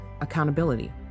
accountability